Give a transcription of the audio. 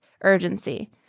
urgency